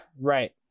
right